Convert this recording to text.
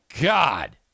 God